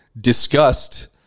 discussed